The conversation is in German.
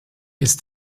ist